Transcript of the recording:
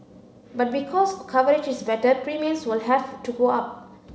but because coverage is better premiums will have to go up